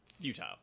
Futile